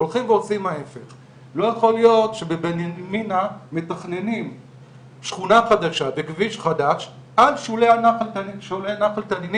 מה עושים עם רשויות חלשות שאין להן כסף לעשות את